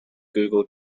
google